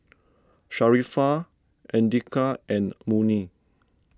Sharifah andika and Murni